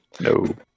No